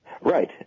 Right